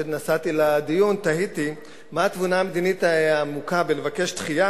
כשנסעתי לדיון תהיתי מה התבונה המדינית העמוקה בלבקש דחייה,